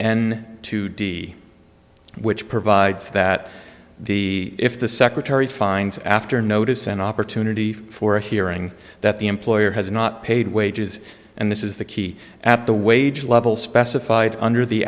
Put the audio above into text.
and two d which provides that the if the secretary finds after notice an opportunity for hearing that the employer has not paid wages and this is the key at the wage level specified under the